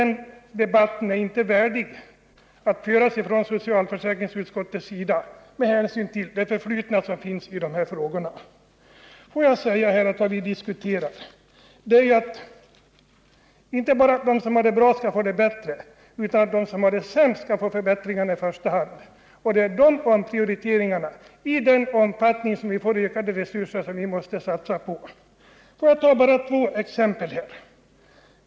Det är inte värdigt att föra debatten så från socialförsäkringsutskottets sida med hänsyn till det förflutna som finns i de här frågorna. Vad vi diskuterar är att inte bara de som har det bra skall få det bättre utan att de som har det sämst i första hand skall få förbättringarna. Det är den omprioriteringen vi måste satsa på i den omfattning som vi får ökade resurser. Låt mig bara ta två exempel!